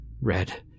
Red